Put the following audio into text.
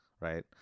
right